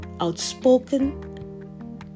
outspoken